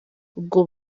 ubwo